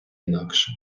інакше